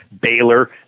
Baylor